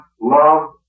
love